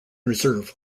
reserve